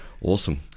Awesome